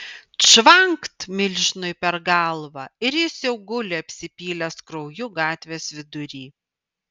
čvankt milžinui per galvą ir jis jau guli apsipylęs krauju gatvės vidury